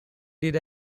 did